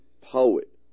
poet